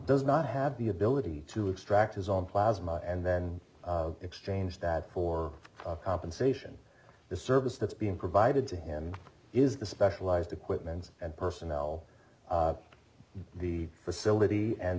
does not have the ability to extract his own plasma and then exchange that for compensation the service that's being provided to him is the specialized equipment and personnel the facility and